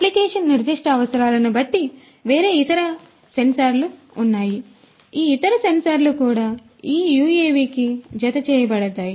application నిర్దిష్ట అవసరాలను బట్టి వేరే ఇతర సెన్సార్లు ఉన్నాయి ఈ ఇతర సెన్సార్లు కూడా ఈ యుఎవికి జతచేయబడతాయి